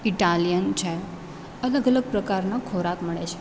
Italian છે અલગ અલગ પ્રકારના ખોરાક મળે છે